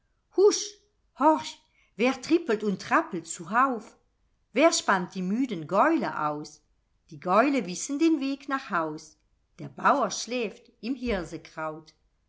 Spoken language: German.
wer trippelt und trappelt zu hauf wer spannt die müden gäule aus die gäule wissen den weg nach haus der bauer schläft im hirsekraut